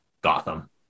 Gotham